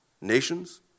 nations